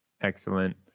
Excellent